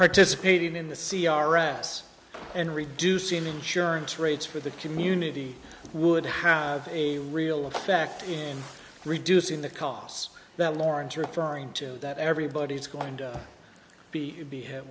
participating in the c r s and reducing insurance rates for the community would have a real effect in reducing the costs that lawrence referring to that everybody's going to be